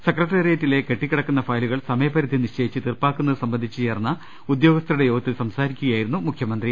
സെക്രട്ടേറിയറ്റിലെ കെട്ടിക്കി ടക്കുന്ന ഫയലുകൾ സമയപരിധി നിശ്ചയിച്ച് തീർപ്പാക്കുന്നത് സംബ ന്ധിച്ച് ചേർന്ന ഉദ്യോഗസ്ഥരുടെ യോഗത്തിൽ സംസാരിക്കുകയായി രുന്നു മുഖ്യമന്ത്രി